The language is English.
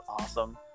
awesome